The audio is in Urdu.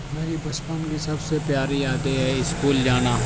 میری بچپن کی سب سے پیاری یادیں ہیں اسکول جانا